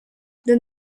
then